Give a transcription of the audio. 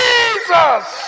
Jesus